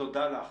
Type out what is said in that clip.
תודה לך.